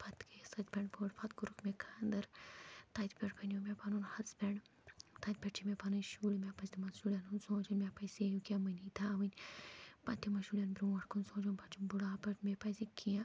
پَتہٕ گٔییَس تتہِ پٮ۪ٹھ بٔڑ پَتہٕ کوٚرُکھ مےٚ خانٛدَر تَتہِ پٮ۪ٹھ بَنیو مےٚ پَنُن ہَسبیٚنٛڈ تَتہِ پٮ۪ٹھ چھِ مےٚ پَنٕنۍ شُرۍ مےٚ پَزِ تِمَن شُریٚن ہُنٛد سونٛچُن مےٚ پَزِ سیو کیٚنٛہہ مٔنی تھاوٕنۍ پَتہٕ یِمَن شُریٚن برٛونٛٹھ کُن سونٛچُن پَتہٕ چھُم بُڑھاپَہ مےٚ پَزِ کیٚنٛہہ